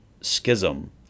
schism